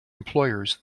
employers